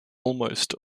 almost